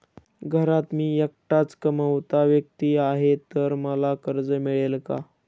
घरात मी एकटाच कमावता व्यक्ती आहे तर मला कर्ज मिळेल का?